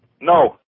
No